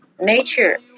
Nature